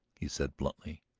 he said bluntly,